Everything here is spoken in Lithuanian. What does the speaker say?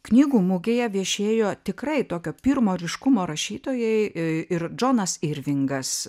knygų mugėje viešėjo tikrai tokio pirmo ryškumo rašytojai ir džonas irvingas